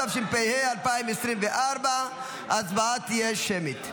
התשפ"ה 2024. ההצבעה תהיה שמית.